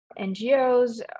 NGOs